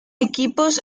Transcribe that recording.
equipos